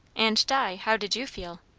and, di, how did you feel?